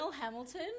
Hamilton